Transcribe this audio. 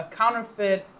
counterfeit